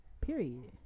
Period